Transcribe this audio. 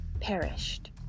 perished